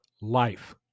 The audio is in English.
life